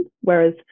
whereas